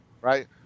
right